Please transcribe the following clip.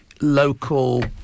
local